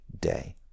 day